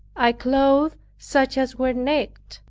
i clothed such as were naked,